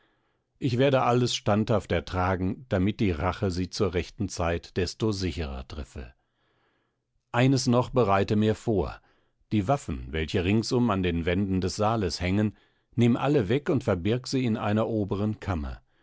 ich werde alles standhaft ertragen damit die rache sie zur rechten zeit desto sicherer treffe eines noch bereite mir vor die waffen welche ringsum an den wänden des saales hängen nimm alle weg und verbirg sie in einer oberen kammer